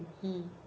hmm